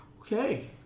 Okay